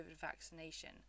vaccination